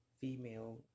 female